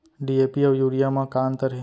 DAP अऊ urea म का अंतर हे?